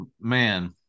man